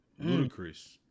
Ludacris